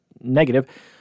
negative